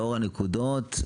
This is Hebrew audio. לאור הנקודות?